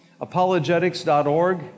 Apologetics.org